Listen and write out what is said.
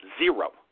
zero